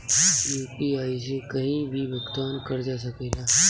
UPI से कहीं भी भुगतान कर जा सकेला?